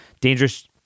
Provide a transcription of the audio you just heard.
dangerous